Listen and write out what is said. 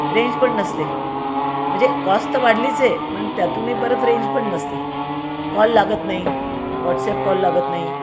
range पण नसते म्हणजे कॉस्ट तर वाढलीच आहे पण त्यातूनही परत रेंज पण नसते कॉल लागत नाही व्हॉट्सॲप कॉल लागत नाही